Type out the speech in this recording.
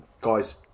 guys